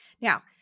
Now